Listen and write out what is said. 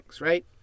right